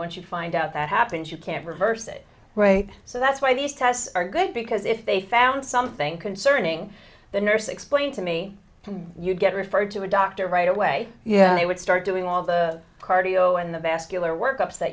once you find out that happens you can't reverse it right so that's why these tests are good because if they found something concerning the nurse explained to me you get referred to a doctor right away yeah they would start doing all the cardio and the vascular work ups